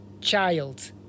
child